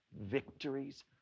Victories